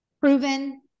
proven